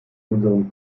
unseren